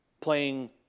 playing